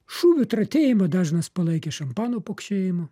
šūvių tratėjimą dažnas palaikė šampano pukšėjimu